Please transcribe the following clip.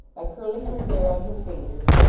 by curling her hair on her fingers,